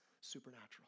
supernatural